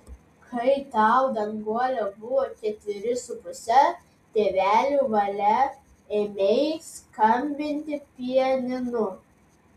kai tau danguole buvo ketveri su puse tėvelių valia ėmei skambinti pianinu